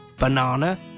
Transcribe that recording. Banana